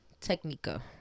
Technica